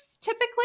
typically